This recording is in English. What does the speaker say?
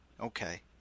Okay